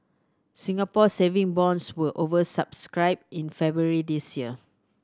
Singapore Saving Bonds were over subscribed in February this year